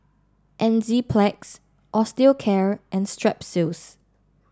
Enzyplex Osteocare and Strepsils